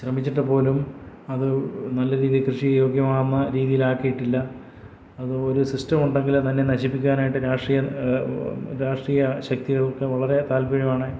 ശ്രമിച്ചിട്ടുപോലും അത് നല്ലരീതിയിൽ കൃഷി യോഗ്യമാകുന്ന രീതിയിലാക്കിയിട്ടില്ല അത് ഒരു സിസ്റ്റം ഉണ്ടെങ്കിൽത്തന്നെ നശിപ്പിക്കുവാനായിട്ട് രാഷ്ട്രീയ രാഷ്ട്രീയ ശക്തികൾക്ക് വളരെ താൽപ്പര്യമാണ്